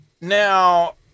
Now